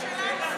לא הוציאו אותך?